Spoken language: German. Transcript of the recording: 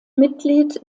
mitglied